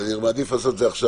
אז אני מעדיף לעשות את זה עכשיו.